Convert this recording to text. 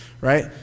Right